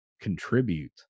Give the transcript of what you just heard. contribute